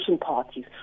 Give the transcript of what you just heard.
parties